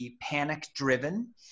panic-driven